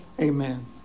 Amen